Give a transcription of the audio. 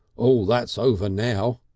all that's over now.